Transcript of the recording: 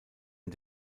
der